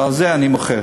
ועל זה אני מוחה.